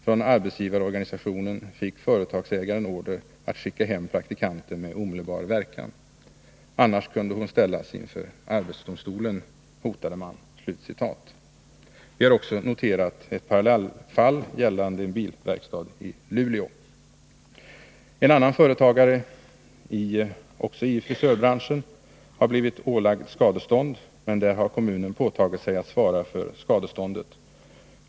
Från arbetsgivarorganisationen fick företagasägaren order att skicka hem praktikanten med omedelbar verkan. Annars kunde hon ställas inför arbetsdomstolen, hotade man.” Vi har också noterat ett parallellfall gällande en bilverkstad i Luleå. En annan företagare — också i frisörbranschen — har blivit ålagd skadestånd, men i det fallet har kommunen åtagit sig att svara för skadeståndet.